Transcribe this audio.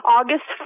August